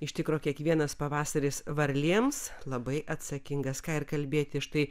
iš tikro kiekvienas pavasaris varlėms labai atsakingas ką ir kalbėti štai